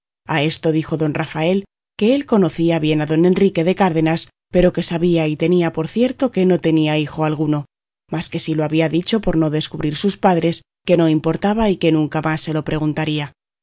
a esto dijo don rafael que él conocía bien a don enrique de cárdenas pero que sabía y tenía por cierto que no tenía hijo alguno mas que si lo había dicho por no descubrir sus padres que no importaba y que nunca más se lo preguntaría